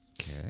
Okay